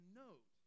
note